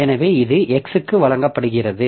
எனவே இது x க்கு வழங்கப்படுகிறது